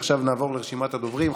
עכשיו נעבור לרשימת הדוברים.